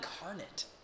incarnate